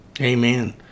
Amen